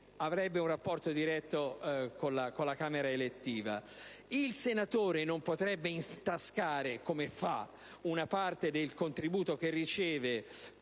avrebbe un rapporto diretto con la Camera elettiva e il senatore non potrebbe intascare, come fa ora, una parte del contributo che riceve